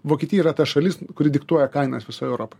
vokietija yra ta šalis kuri diktuoja kainas visoj europoj